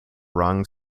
wrong